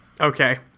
Okay